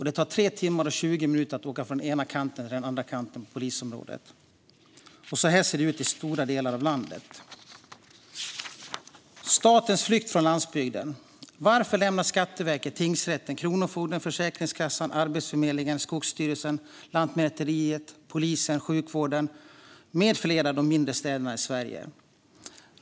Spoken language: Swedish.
Det tar 3 timmar och 20 minuter att ta sig med bil från norra delen till södra delen av polisområdet. Så här ser det ut i stora delar av landet. Till sist vill jag säga några ord om statens flykt från landsbygden. Varför lämnar Skatteverket, tingsrätten, Kronofogden, Försäkringskassan, Arbetsförmedlingen, Skogsstyrelsen, Lantmäteriet, polisen, sjukvården med flera de mindre städerna i Sverige?